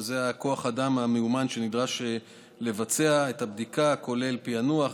וזה כוח האדם המיומן שנדרש כדי לבצע את הבדיקה: פענוח,